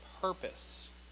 purpose